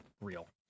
real